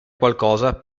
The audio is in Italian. qualcosa